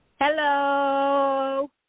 Hello